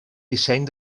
disseny